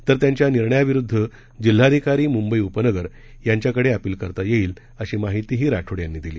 तर त्यांच्या निर्णयाविरुद्ध जिल्हाधिकारी मुंबई उपनगर यांच्याकडे अपील करता येईल अशी माहितीही राठोड यांनी दिली